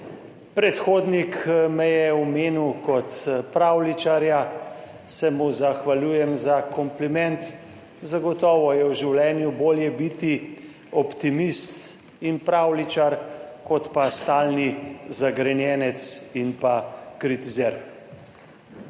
Predhodnik me je omenil kot pravljičarja, se mu zahvaljujem za kompliment. Zagotovo je v življenju bolje biti optimist in pravljičar kot pa stalni zagrenjenec in pa kritizer.